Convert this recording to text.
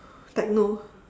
techno